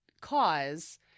cause